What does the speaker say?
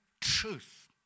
truth